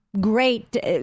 great